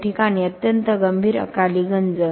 या ठिकाणी अत्यंत गंभीर अकाली गंज